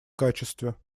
качестве